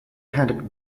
handed